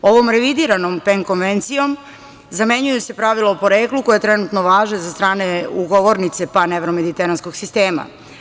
Ovom revidiranom PEM konvencijom, zamenjuju se pravila o poreklu koja trenutno važe za strane ugovornice pan-evro-mediteranskog sistema.